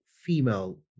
female